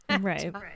Right